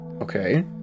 Okay